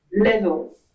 level